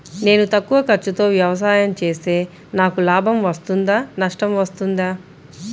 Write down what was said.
నేను తక్కువ ఖర్చుతో వ్యవసాయం చేస్తే నాకు లాభం వస్తుందా నష్టం వస్తుందా?